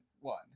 one